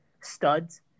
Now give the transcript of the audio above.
studs